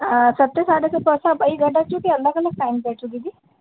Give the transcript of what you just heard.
ऐं सते साढ़े पहुचा पई ॿई गॾु अचूं की अलॻि अलॻि टाइम ते अचूं दीदी